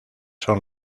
son